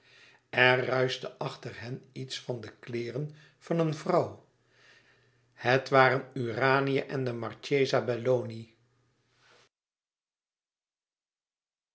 er ruischte achter hen iets van de kleêren van een vrouw het waren urania en de marchesa